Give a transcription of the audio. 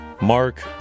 Mark